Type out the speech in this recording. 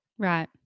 Right